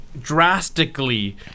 drastically